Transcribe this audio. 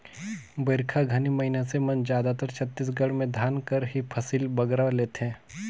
बरिखा घनी मइनसे मन जादातर छत्तीसगढ़ में धान कर ही फसिल बगरा लेथें